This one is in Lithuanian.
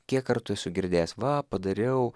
kiek kartų esu girdėjęs va padariau